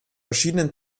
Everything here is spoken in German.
verschiedenen